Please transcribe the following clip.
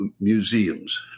museums